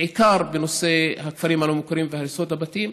בעיקר בנושא הכפרים הלא-מוכרים והריסות הבתים,